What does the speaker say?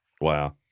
Wow